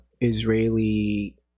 Israeli